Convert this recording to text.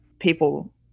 people